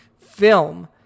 film